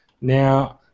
now